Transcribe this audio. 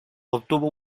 obtuvo